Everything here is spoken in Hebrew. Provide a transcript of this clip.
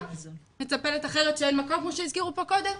או מטפלת אחרת שאין מקום כמו שהזכירו פה קודם?